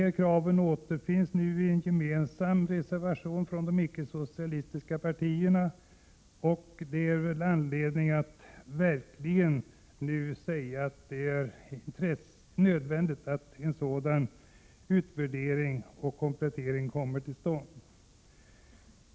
Detta krav återkommer nu i reservation 1 från alla de ickesocialistiska partierna. Det finns god anledning att betona nödvändigheten av att en sådan utvärdering och komplettering kommer till stånd.